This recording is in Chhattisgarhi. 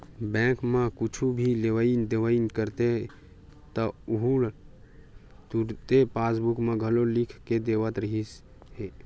बेंक म कुछु भी लेवइ देवइ करते त उहां तुरते पासबूक म घलो लिख के देवत रिहिस हे